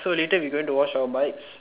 so later we going to wash our bikes